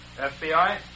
FBI